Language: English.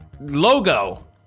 logo